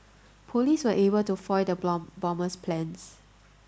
police were able to foil the bomber's plans